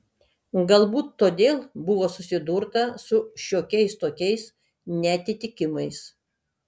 galbūt todėl buvo susidurta su šiokiais tokiais neatitikimais